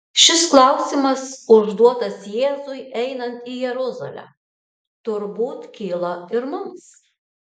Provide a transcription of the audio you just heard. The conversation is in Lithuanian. šis klausimas užduotas jėzui einant į jeruzalę turbūt kyla ir mums